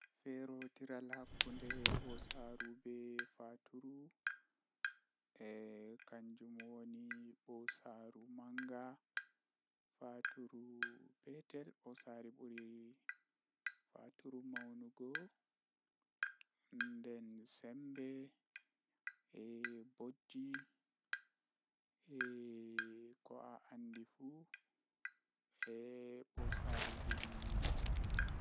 Eh mi eman ɓe ɗume onni ɓe waɗi jei mawnini ɓe haa ɓe yotti Mangu jei ɓe woni jonta, Do ko wadi mi emata ɓe bo ngam mi naftira be man tomi laari goɗɗo feere ɗon mari haaje mauna warta goɗɗo feere miviya nda ko waine waine yecci am waɗiri anfu miɗon yi'a to anaftiri be dabareeji man awawan aheɓa ko ayiɗi.